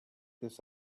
this